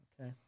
Okay